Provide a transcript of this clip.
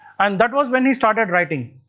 and that was when he started writing.